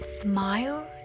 smile